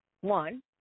one